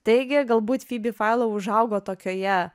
taigi galbūt fibi failau užaugo tokioje